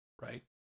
right